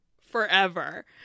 Forever